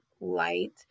light